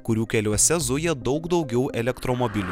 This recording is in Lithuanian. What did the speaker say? kurių keliuose zuja daug daugiau elektromobilių